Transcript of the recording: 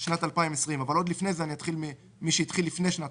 בשנת 2020," אבל עוד לפני כן אתחיל ממי שהתחיל לפני שנת